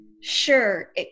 sure